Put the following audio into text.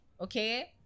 Okay